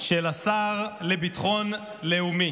של השר לביטחון הלאומי: